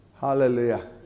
Hallelujah